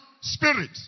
spirit